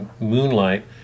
moonlight